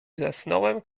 zasnąłem